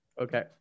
okay